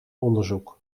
onderzoek